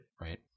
Right